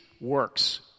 works